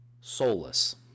soulless